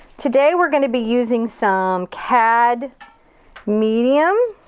today we're gonna be using some cad medium